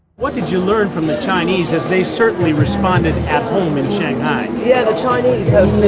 what did you learn from the chinese, as they certainly responded at home in shanghai? yeah, the chinese have